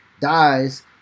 dies